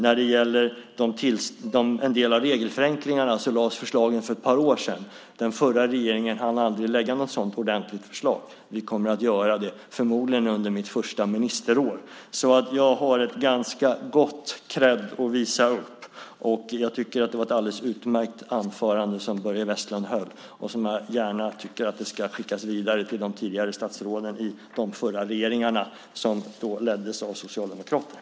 När det gäller en del av regelförenklingarna lades förslagen fram för ett par år sedan. Den förra regeringen hann aldrig lägga något sådant ordentligt förslag. Vi kommer att göra det, förmodligen under mitt första ministerår. Jag har alltså ett ganska gott kredd att visa upp. Jag tycker att det var ett alldeles utmärkt anförande som Börje Vestlund höll, och jag tycker att det gärna kan skickas vidare till de tidigare statsråden i de förra regeringarna, som då leddes av Socialdemokraterna.